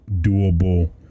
doable